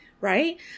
right